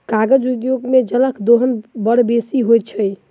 कागज उद्योग मे जलक दोहन बड़ बेसी होइत छै